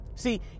See